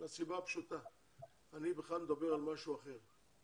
אני בכלל מדבר על משהו אחר.